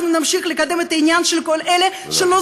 אנחנו נמשיך לקדם את העניין של כל אלה שלא